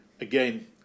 again